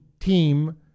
team